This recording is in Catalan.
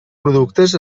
productes